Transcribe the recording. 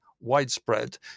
widespread